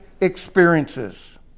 experiences